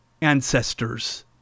ancestors